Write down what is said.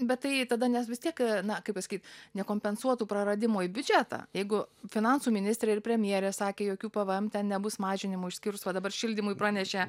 bet tai tada nes vis tiek na kaip pasakyt nekompensuotų praradimo į biudžetą jeigu finansų ministrė ir premjerė sakė jokių pvm ten nebus mažinimų išskyrus va dabar šildymui pranešė